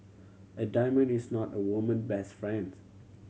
a diamond is not a woman best friends